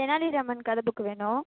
தென்னாலிராமன் கதை புக்கு வேணும்